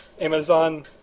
Amazon